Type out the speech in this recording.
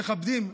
מכבדים,